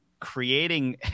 creating